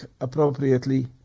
appropriately